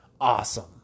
awesome